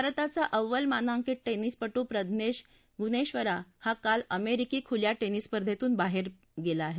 भारताचा अव्वल मानांकित टेनिसपटू प्रज्ञेश गुंनेश्वरन हा काल अमेरिकी खुल्या टेनिस स्पर्धेतून बाहेर गेला आहे